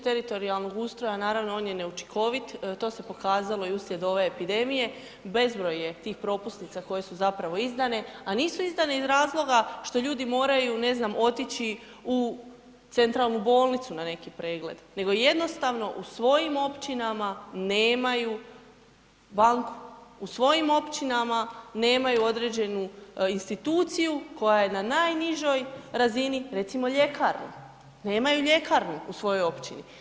Što se tiče teritorijalnog ustroja naravno on je neučinkovit, to se pokazalo i uslijed ove epidemije, bezbroj je tih propusnica koje su zapravo izdane, a nisu izdane iz razloga što ljudi moraju ne znam otići u centralnu bolnicu na neki pregled, nego jednostavno u svojim općinama nemaju banku, u svojim općinama nemaju određenu instituciju koja je na najnižoj razini recimo ljekarnu, nemaju ljekarnu u svojoj općini.